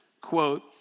quote